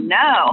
no